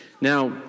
Now